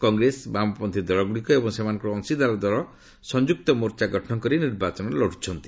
କଂଗ୍ରେସ ବାମପନ୍ଥୀ ଦଳଗୁଡ଼ିକ ଏବଂ ସେମାନଙ୍କର ଅଂଶିଦାର ଦଳଗୁଡ଼ିକ ସଂଯୁକ୍ତ ମୋର୍ଚ୍ଚା ଗଠନ କରି ନିର୍ବାଚନ ଲଢୁଛନ୍ତି